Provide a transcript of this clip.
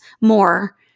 more